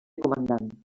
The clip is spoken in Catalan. comandant